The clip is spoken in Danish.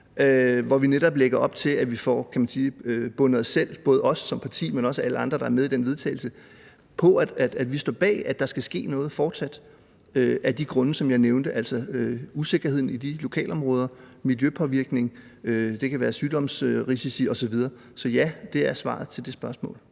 hvor vi netop lægger op til, at vi får bundet både os selv som parti, men også alle andre, der er med i det forslag til vedtagelse, til, at vi står bag, at der forsat skal ske noget af de grunde, som jeg nævnte: usikkerheden i de lokalområder, miljøpåvirkning, sygdomsrisici osv. Så ja er svaret til det spørgsmål.